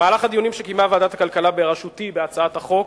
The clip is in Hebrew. במהלך הדיונים שקיימה ועדת הכלכלה בראשותי בהצעת החוק